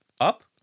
up